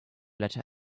letter